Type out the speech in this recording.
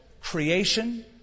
creation